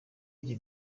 njye